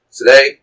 Today